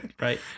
right